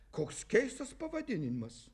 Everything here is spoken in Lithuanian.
koks keistas pavadinimas